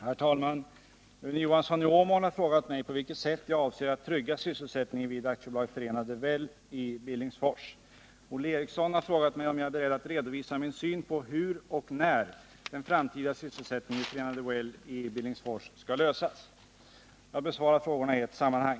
Herr talman! Rune Johansson i Åmål har frågat mig på vilket sätt jag avser att trygga sysselsättningen vid AB Förenade Well i Billingsfors. Olle Eriksson har frågat mig om jag är beredd att redovisa min syn på hur och när den framtida sysselsättningen vid Förenade Well i Billingsfors skall lösas. Jag besvarar frågorna i ett sammanhang.